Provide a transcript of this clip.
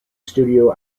studio